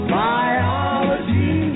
biology